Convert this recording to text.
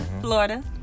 Florida